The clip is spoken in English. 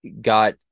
got